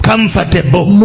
Comfortable